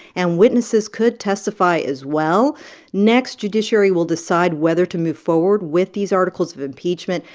and witnesses could testify as well next, judiciary will decide whether to move forward with these articles of impeachment.